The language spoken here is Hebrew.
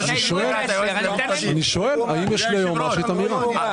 אני שואל האם יש ליועמ"שית אמירה.